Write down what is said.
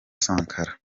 sankara